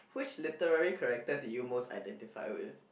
which literary character did you most identify with